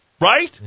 Right